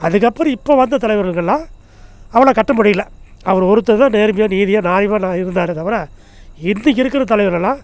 அதுக்கப்புறம் இப்போ வந்த தலைவர்களெலாம் அவ்வளோ கட்ட முடியல அவர் ஒருத்தர் தான் நேர்மையாக நீதியாக நியாயமாக இருந்தாரே தவிர இன்றைக்கி இருக்கிற தலைவர் எல்லாம்